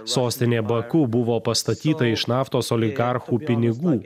sostinė baku buvo pastatyta iš naftos oligarchų pinigų